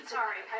sorry